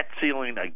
ceiling